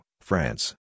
France